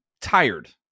tired